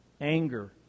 anger